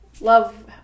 love